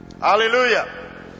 Hallelujah